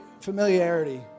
familiarity